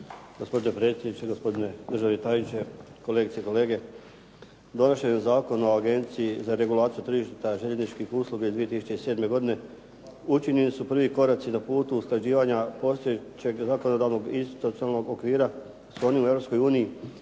Gospodine predsjedniče, gospodine državni tajniče, kolegice i kolege. Donošenjem Zakona o Agenciji za regulaciju tržišta željezničkih usluga iz 2007. godine učinjeni su prvi koraci na putu usklađivanja postojećeg zakonodavnog institucionalnog okvira s onim u